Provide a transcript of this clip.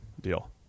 deal